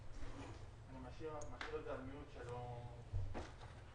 צריך לקבל את הכסף בחשבון שלו,